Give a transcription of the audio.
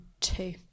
two